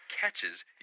catches